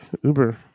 Uber